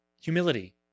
humility